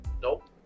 Nope